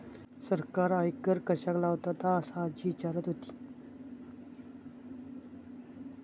सरकार आयकर कश्याक लावतता? असा आजी विचारत होती